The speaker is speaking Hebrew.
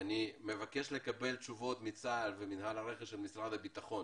אני מבקש לקבל תשובות מצה"ל וממינהל הרכש של משרד הביטחון,